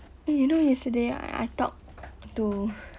eh you know yesterday I talk to